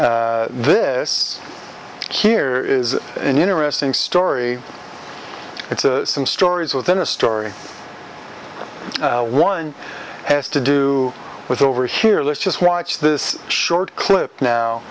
s this here is an interesting story it's some stories within a story one has to do with over here let's just watch this short clip now